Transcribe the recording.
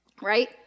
right